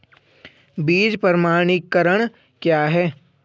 बीज प्रमाणीकरण क्या है?